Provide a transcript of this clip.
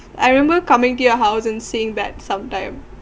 I remember coming to your house and seeing that sometime